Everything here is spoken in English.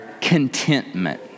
contentment